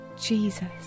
Jesus